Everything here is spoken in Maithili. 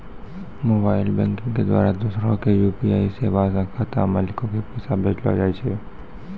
मोबाइल बैंकिग के द्वारा दोसरा के यू.पी.आई सेबा से खाता मालिको के पैसा भेजलो जाय छै